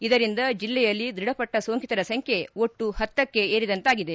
ಇದರಿಂದ ಜಿಲ್ಲೆಯಲ್ಲಿ ದೃಢಪಟ್ಟ ಸೊಂಕಿತರ ಸಂಖ್ಯೆ ಒಟ್ಟು ಹತ್ತಕೇರಿದಂತಾಗಿದೆ